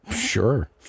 Sure